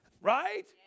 Right